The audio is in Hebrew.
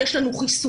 יש לנו חיסונים,